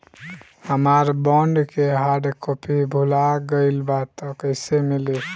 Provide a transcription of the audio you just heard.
हमार बॉन्ड के hard copy भुला गएलबा त कैसे मिली?